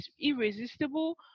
irresistible